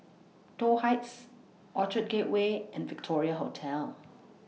Toh Heights Orchard Gateway and Victoria Hotel